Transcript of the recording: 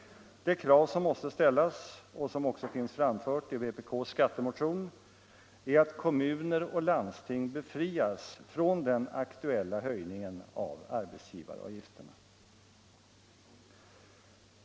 Det krav som måste ställas och som också finns framfört i vpk:s skattemotion är att kommuner och landsting befrias från den aktuella höjningen av arbetsgivaravgifterna.